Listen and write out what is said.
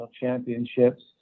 championships